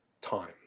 time